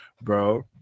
bro